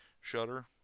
shutter